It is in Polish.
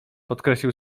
podkreślił